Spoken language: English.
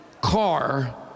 car